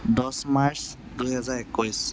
দহ মাৰ্চ দুহেজাৰ একৈছ